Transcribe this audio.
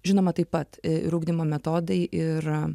žinoma taip pat ir ugdymo metodai ir